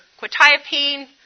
quetiapine